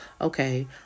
okay